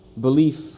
belief